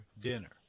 dinner